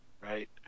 right